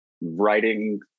writing